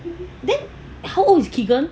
then how old is keegan